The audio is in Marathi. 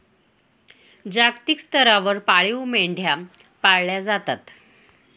जागतिक स्तरावर पाळीव मेंढ्या पाळल्या जातात